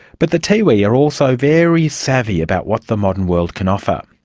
but the tiwi are also very savvy about what the modern world can offer.